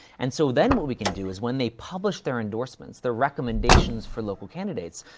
and so then what we can do is when they publish their endorsements, their recommendations for local candidates,